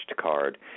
card